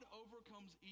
overcomes